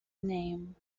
name